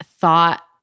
thought